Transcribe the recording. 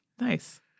Nice